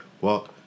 walk